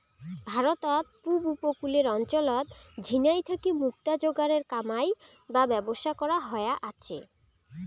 ভারতত পুব উপকূলের অঞ্চলত ঝিনাই থাকি মুক্তা যোগারের কামাই বা ব্যবসা করা হয়া আচে